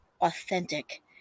authentic